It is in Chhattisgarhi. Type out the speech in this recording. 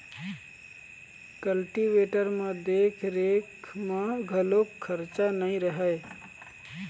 कल्टीवेटर म देख रेख म घलोक खरचा नइ रहय